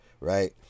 Right